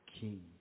king